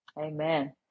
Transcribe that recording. Amen